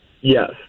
yes